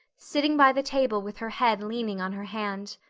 sitting by the table with her head leaning on her hand.